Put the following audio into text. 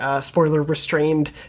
spoiler-restrained